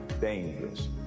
dangerous